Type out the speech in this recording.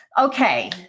okay